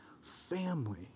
family